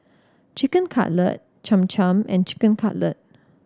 Chicken Cutlet Cham Cham and Chicken Cutlet